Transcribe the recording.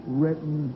written